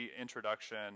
introduction